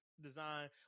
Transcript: design